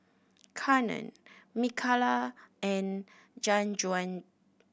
Conard Micaela and Jajuan